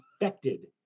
infected